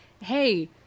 hey